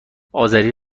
آذری